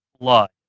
Blood